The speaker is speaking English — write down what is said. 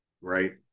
Right